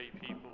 people